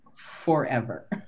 Forever